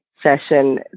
session